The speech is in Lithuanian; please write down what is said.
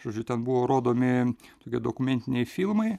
žodžiu ten buvo rodomi tokie dokumentiniai filmai